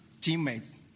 teammates